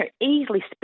easily